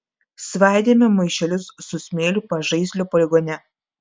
svaidėme maišelius su smėliu pažaislio poligone